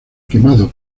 quemado